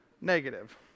negative